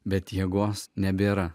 bet jėgos nebėra